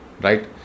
right